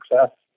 success